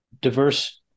diverse